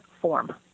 form